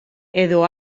edo